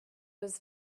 was